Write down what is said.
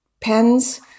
pens